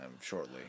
shortly